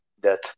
death